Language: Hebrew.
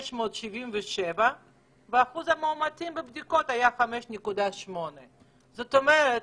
ל-1,667 ואחוז המאומתים בבדיקות היה 5.8%. זאת אומרת,